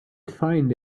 find